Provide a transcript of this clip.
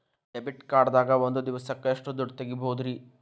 Debit card ದಾಗ ಒಂದ್ ದಿವಸಕ್ಕ ಎಷ್ಟು ದುಡ್ಡ ತೆಗಿಬಹುದ್ರಿ?